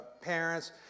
parents